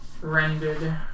rendered